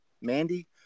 Mandy